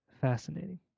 fascinating